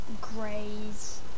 greys